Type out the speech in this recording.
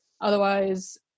Otherwise